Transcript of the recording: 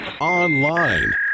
online